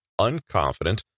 unconfident